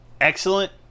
excellent